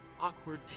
Awkward